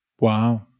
Wow